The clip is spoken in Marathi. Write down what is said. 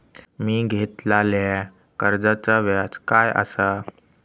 मी घेतलाल्या कर्जाचा व्याज काय आसा?